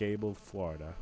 gables florida